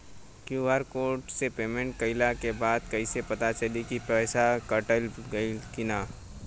QR code से payment कईला के बाद कईसे पता चली की पैसा कटल की ना?